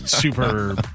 super